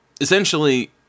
essentially